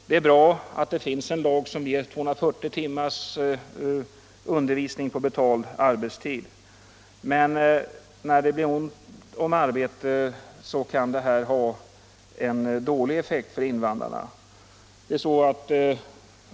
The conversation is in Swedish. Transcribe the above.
Det är bra att det finns en lag som 39 ger 240 timmars undervisning på betald arbetstid, men när det blir ont om arbete kan det här ha en dålig effekt för invandrarna.